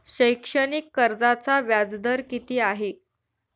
शैक्षणिक कर्जाचा व्याजदर किती आहे?